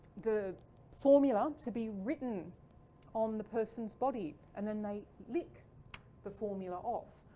the formula to be written on the person's body and then they lick the formula off.